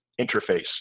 interface